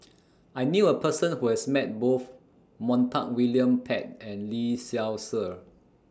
I knew A Person Who has Met Both Montague William Pett and Lee Seow Ser